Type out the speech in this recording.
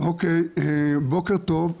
אם אפשר לקצר יותר כי אני רוצה שכולם יספיקו לדבר.